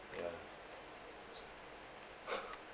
ya